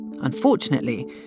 Unfortunately